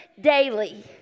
daily